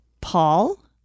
Paul